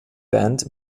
band